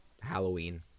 Halloween